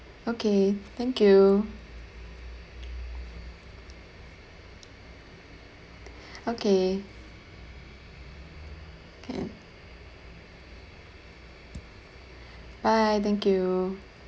okay thank you okay can bye thank you